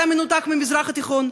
אתה מנותק מהמזרח התיכון,